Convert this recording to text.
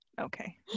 okay